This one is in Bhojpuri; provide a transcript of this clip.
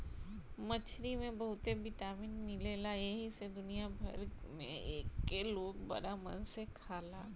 मछरी में बहुते विटामिन मिलेला एही से दुनिया भर में एके लोग बड़ा मन से खाला